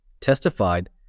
testified